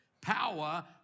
power